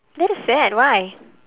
that is sad why